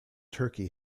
turkey